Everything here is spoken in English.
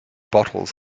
bottles